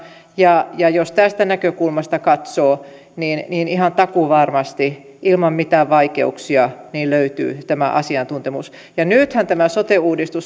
ja jos tästä näkökulmasta katsoo niin niin ihan takuuvarmasti ilman mitään vaikeuksia löytyy tämä asiantuntemus nythän tässä sote